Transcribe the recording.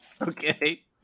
Okay